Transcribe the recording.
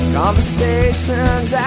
conversations